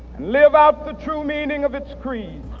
leave out the true meaning of its creed.